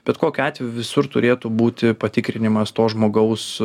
bet kokiu atveju visur turėtų būti patikrinimas to žmogaus